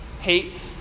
Hate